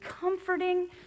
comforting